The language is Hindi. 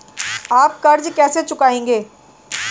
आप कर्ज कैसे चुकाएंगे?